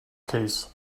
case